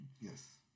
Yes